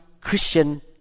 Christian